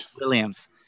Williams